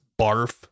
barf